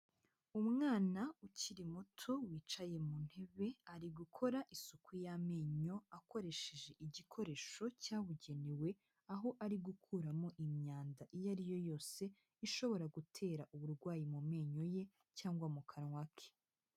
Umwana ukiri muto wicaye mu ntebe ari gukora isuku y'amenyo akoresheje igikoresho cyabugenewe, aho ari gukuramo imyanda iyo ari yo yose ishobora gutera uburwayi mu menyo ye cyangwa mu kanwa ke.